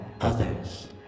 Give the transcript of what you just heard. others